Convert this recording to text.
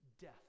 death